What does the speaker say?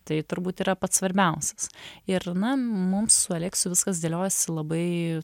tai turbūt yra pats svarbiausias ir na mums su aleksiu viskas dėliojosi labai